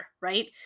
right